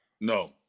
No